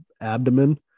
abdomen